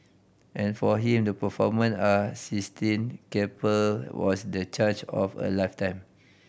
and for him the performance are Sistine Chapel was the charge of a lifetime